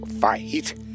fight